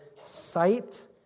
sight